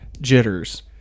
Jitters